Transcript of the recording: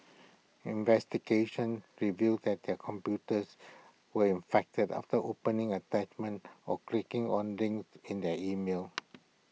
investigations revealed that their computers were infected after opening attachments or clicking on links in their emails